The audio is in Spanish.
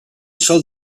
sol